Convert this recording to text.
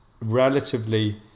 relatively